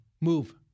Move